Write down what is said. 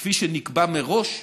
כפי שנקבע מראש.